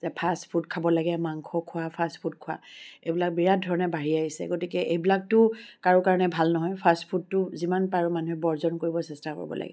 যে fast food খাব লাগে মাংস খোৱা ফাষ্ট ফুড খোৱা এইবিলাক বিৰাট ধৰণে বাঢ়ি আহিছে গতিকে এইবিলাকতো কাৰো কাৰণে ভাল নহয় ফাষ্ট ফুডটো যিমান পাৰে মানুহে বৰ্জন কৰিব চেষ্টা কৰিব লাগে